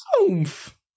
Oomph